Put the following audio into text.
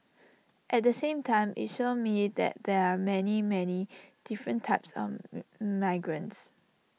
at the same time IT showed me that there are many many different types of migrants